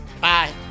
Bye